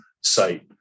site